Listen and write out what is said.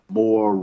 more